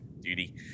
duty